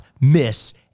miss